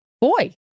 boy